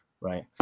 right